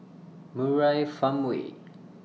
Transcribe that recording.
Murai Farmway